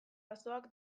basoak